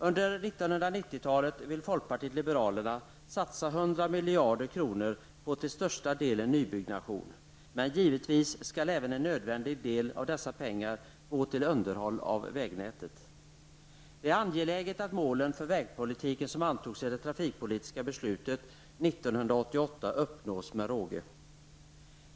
Under 1990-talet vill folkpartiet liberalerna satsa 100 miljarder kronor på till största delen nybyggnation. Men givetvis skall även en nödvändig del av dessa pengar gå till underhåll av vägnätet. Det är angeläget att de mål för vägpolitiken som antogs i det trafikpolitiska beslutet 1988 uppnås med råge.